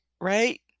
right